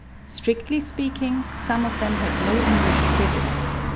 strictly speaking, some of them have no english equivalents.